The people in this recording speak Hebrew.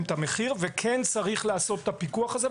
את המחיר וצריך לעשות את הפיקוח הזה.